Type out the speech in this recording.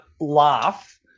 laugh